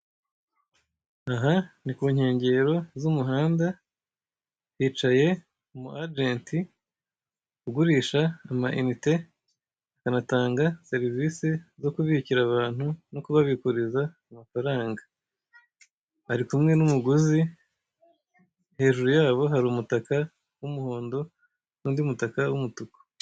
Aha ni kunkengero z'umuhanda, hicaye umu ajeti ugurisha amayinite, akanatanga serivise zo kubikira abantu, no kubabikuriza amafaranga, ari kumwe n'umuguzi, hajuru yabo hari umutaka w'umuhondo n'undi mutaka w'umutuku.